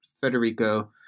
Federico